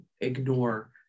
ignore